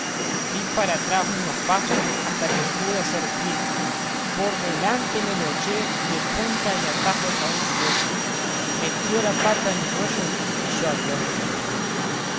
di para atrás unos pasos hasta que pude hacer pie por delante me lo eché de punta y tajos a un criollo metió la pata en un hoyo y yo al hoyo lo mandé